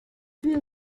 für